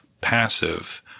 passive